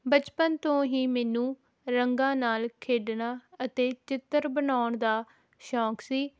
ਬਚਪਨ ਤੋਂ ਹੀ ਮੈਨੂੰ ਰੰਗਾਂ ਨਾਲ ਖੇਡਣਾ ਅਤੇ ਚਿੱਤਰ ਬਣਾਉਣ ਦਾ ਸ਼ੌਂਕ ਸੀ